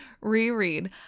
reread